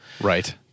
right